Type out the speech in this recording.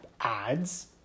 ads